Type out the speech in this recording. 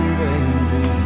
baby